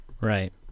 Right